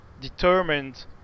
determined